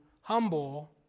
humble